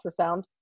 ultrasound